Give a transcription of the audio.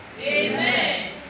Amen